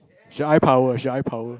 she eye power she eye power